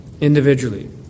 individually